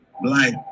black